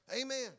Amen